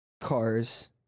cars